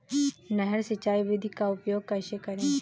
नहर सिंचाई विधि का उपयोग कैसे करें?